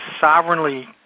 sovereignly